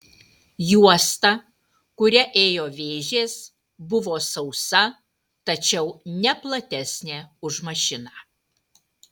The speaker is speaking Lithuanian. juosta kuria ėjo vėžės buvo sausa tačiau ne platesnė už mašiną